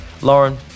Lauren